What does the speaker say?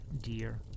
dear